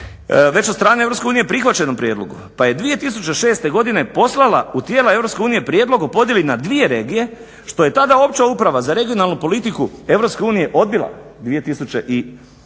već od strane EU prihvaćenom prijedlogu pa je 2006. godine poslala u tijela EU prijedlog o podjeli na dvije regije što je tada Opća uprava za regionalnu politiku EU odbila 2006.